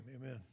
amen